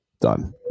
done